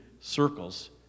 circles